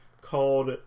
called